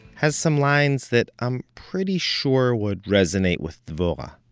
has some lines that i'm pretty sure would resonate with dvorah